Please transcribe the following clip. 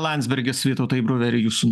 landsbergis vytautai bruveri jūsų